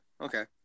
Okay